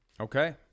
Okay